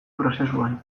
prozesuan